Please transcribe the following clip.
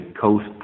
coast